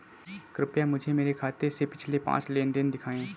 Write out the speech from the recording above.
कृपया मुझे मेरे खाते से पिछले पाँच लेन देन दिखाएं